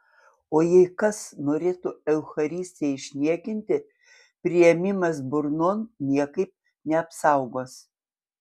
o jei kas norėtų eucharistiją išniekinti priėmimas burnon niekaip neapsaugos